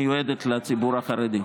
המיועדת לציבור החרדי.